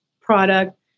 product